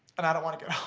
and i don't want to get